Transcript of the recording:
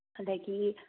ꯑꯗꯒꯤ